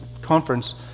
conference